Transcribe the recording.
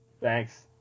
Thanks